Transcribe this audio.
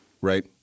right